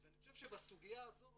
אני חושב שבסוגיה הזאת